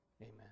Amen